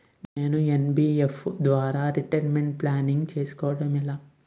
నేను యన్.బి.ఎఫ్.సి ద్వారా retirement planning చేసుకోవడం ఎలా?